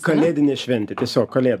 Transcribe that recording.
kalėdinė šventė tiesiog kalėd